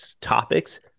topics